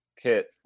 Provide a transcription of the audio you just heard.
kit